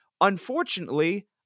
Unfortunately